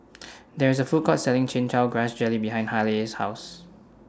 There IS A Food Court Selling Chin Chow Grass Jelly behind Haleigh's House